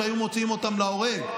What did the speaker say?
שהיו מוציאים אותם להורג.